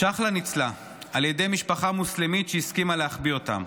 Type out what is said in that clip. צ'חלה ניצלה על ידי משפחה מוסלמית שהסכימה להחביא אותם.